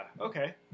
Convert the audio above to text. okay